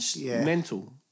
mental